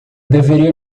deveria